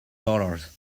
dollars